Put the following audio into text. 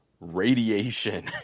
radiation